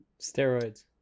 steroids